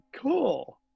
cool